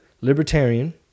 libertarian